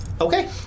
Okay